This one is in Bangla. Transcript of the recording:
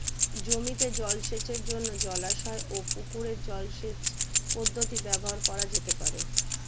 জমিতে সেচের জন্য জলাশয় ও পুকুরের জল সেচ পদ্ধতি ব্যবহার করা যেতে পারে?